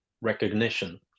recognition